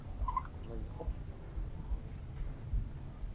लग्गी जंदा ऐ